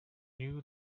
new